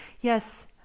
Yes